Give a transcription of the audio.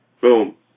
Boom